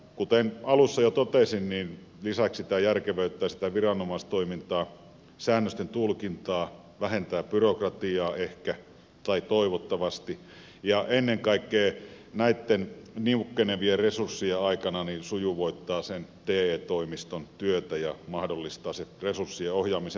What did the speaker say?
kuten alussa jo totesin lisäksi tämä järkevöittää viranomaistoimintaa säännösten tulkintaa vähentää byrokratiaa ehkä tai toivottavasti ja ennen kaikkea näitten niukkenevien resurssien aikana sujuvoittaa sen te toimiston työtä ja mahdollistaa resurssien ohjaamisen palveluihin